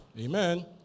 Amen